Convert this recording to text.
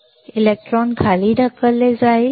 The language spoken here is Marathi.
नकारात्मक लागू इलेक्ट्रॉन खाली ढकलले जाईल